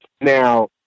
now